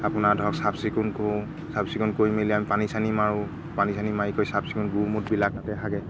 আপোনাৰ ধৰক চাফ চিকুণ কৰোঁ চাফ চিকুণ কৰি মেলি আমি পানী চানি মাৰোঁ পানী চানি মাৰিকৈ চাফ চিকুণ গু মুটবিলাকতে থাকে